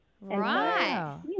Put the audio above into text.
Right